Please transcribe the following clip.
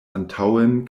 antaŭen